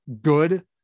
good